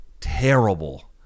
terrible